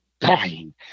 dying